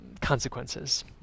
consequences